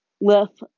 left